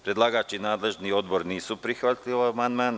Predlagač i nadležni Odbor nisu prihvatili amandman.